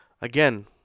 again